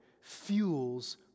fuels